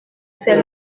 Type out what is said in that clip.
c’est